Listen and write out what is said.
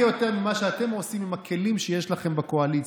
יותר ממה שאתם עושים עם הכלים שיש לכם בקואליציה,